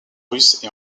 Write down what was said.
publiées